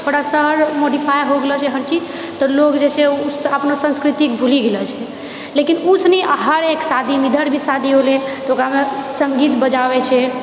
थोड़ा शहर मॉडिफाई हो गेलो छै हर चीज तऽ लोग जे छै ओ अपनो संस्कृति भूलि गेलो छै लेकिन ओ सुनि हरेक शादीमे इधर भी शादी होलै तऽ ओकरामे सङ्गीत बजाबै छै